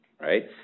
right